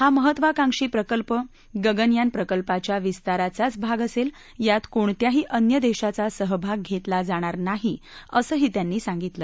हा महत्त्वाकांक्षी प्रकल्प गगनयान प्रकल्पाच्या विस्ताराचाच भाग असेल यात कोणत्याही अन्य देशाचा सहभाग घेतला जाणार नाही असंही त्यांनी सांगितलं